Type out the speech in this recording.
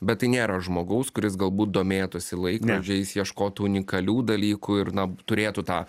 bet tai nėra žmogaus kuris galbūt domėtųsi laikrodžiais ieškotų unikalių dalykų ir na turėtų tą